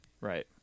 right